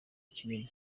kinini